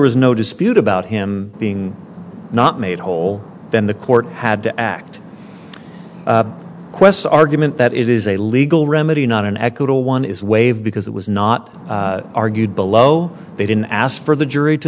was no dispute about him being not made whole then the court had to act ques argument that it is a legal remedy not an equitable one is waived because it was not argued below they didn't ask for the jury to